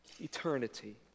eternity